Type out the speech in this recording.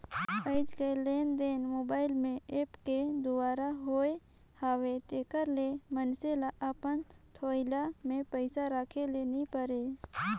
आएज काएललेनदेन मोबाईल में ऐप के दुवारा होत हवे एकर ले मइनसे ल अपन थोइला में पइसा राखे ले नी परे